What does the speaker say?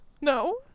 No